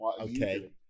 Okay